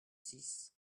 six